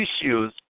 issues